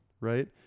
right